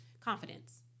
confidence